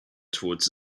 toward